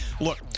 Look